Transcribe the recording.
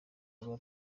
rwa